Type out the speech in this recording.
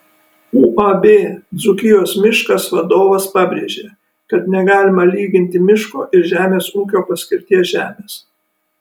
uab dzūkijos miškas vadovas pabrėžė kad negalima lyginti miško ir žemės ūkio paskirties žemės